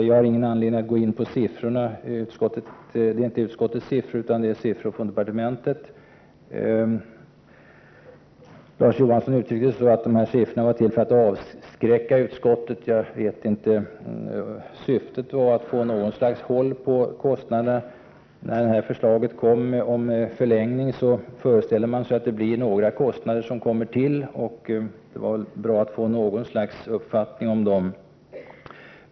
Jag har ingen anledning att gå in på siffrorna — det är inte utskottets siffror utan departementets. Larz Johansson uttryckte det så att siffrorna var till för att avskräcka utskottet. Jag vet inte det. Syftet var att få något slags uppfattning om kostnaderna. När förslaget om förlängning kom föreställde man sig ju att det skulle bli några kostnader som kommer till, och det var väl bra att få någon uppfattning om dem?